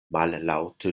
mallaŭte